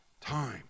time